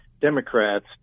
Democrats